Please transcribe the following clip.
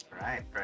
Right